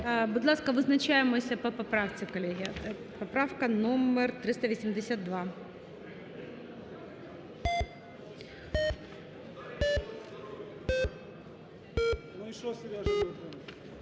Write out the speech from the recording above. Будь ласка, визначаємось по поправці, колеги. Поправка номер 382.